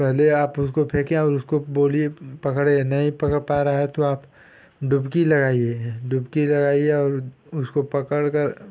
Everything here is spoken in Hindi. पहले आप उसको फेकें और उसको बोलिए पकड़े नहीं पकड़ पा रहा है तो आप डुबकी लगाइए डुबकी लगाइए और उसको पकड़कर